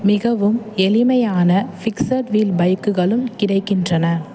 மிகவும் எளிமையான fixed wheel பைக்குகளும் கிடைக்கின்றன